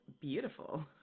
beautiful